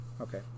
Okay